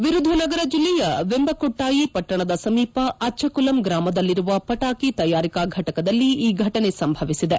ವಿರುಧುನಗರ ಜಿಲ್ಲೆಯ ವೆಂಬಕೊಟ್ಲಾಯಿ ಪಟ್ಷಣದ ಸಮೀಪ ಅಚ್ಯಕುಲಂ ಗ್ರಾಮದಲ್ಲಿರುವ ಪಟಾಕಿ ತಯಾರಿಕಾ ಫಟಕದಲ್ಲಿ ಈ ಫಟನೆ ಸಂಭವಿಸಿದೆ